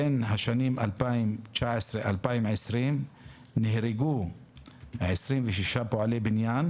בין השנים 2019-2020 נהרגו 26 פועלי בניין